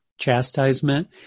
Chastisement